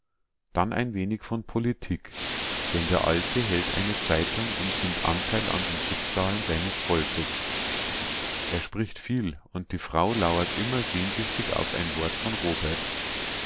dann ein wenig von politik denn der alte hält eine zeitung und nimmt anteil an den schicksalen seines volkes er spricht viel und die frau lauert immer sehnsüchtig auf ein wort von robert